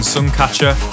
Suncatcher